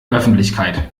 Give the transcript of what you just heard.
öffentlichkeit